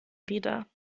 wieder